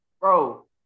bro